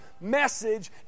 message